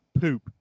poop